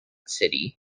city